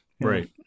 Right